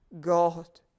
God